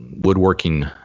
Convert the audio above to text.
woodworking